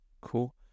cool